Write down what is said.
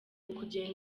ukugera